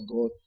God